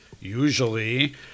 usually